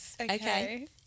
Okay